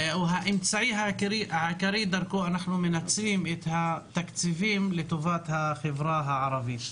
האמצעי העיקרי דרכו אנחנו מנצלים את התקציבים לטובת החברה הערבית.